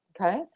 okay